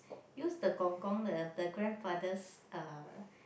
use the Kong-kong the the grandfather's uh